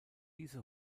diese